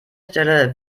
stelle